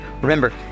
Remember